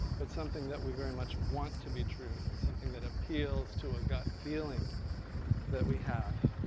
but something that we very much want to be true, and something that appeals to a gut feeling that we have.